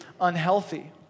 unhealthy